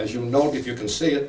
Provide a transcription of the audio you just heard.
as you know if you can see